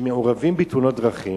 שמעורבים בתאונות דרכים,